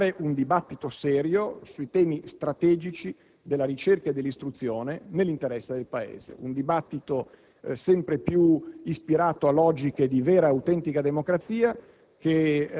per avviare un dibattito serio sui temi strategici della ricerca e dell'istruzione nell'interesse del Paese, un dibattito sempre più ispirato a logiche di vera e autentica democrazia,